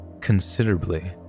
considerably